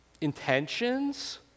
intentions